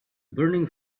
burning